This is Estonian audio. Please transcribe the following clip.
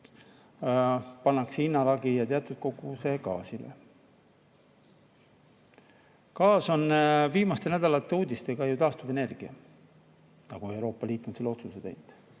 elektrienergiale ja teatud kogusele gaasile. Gaas on viimaste nädalate uudistega ju taastuvenergia, nagu Euroopa Liit on selle otsustanud.